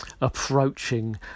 approaching